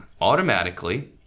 automatically